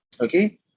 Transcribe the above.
Okay